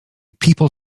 people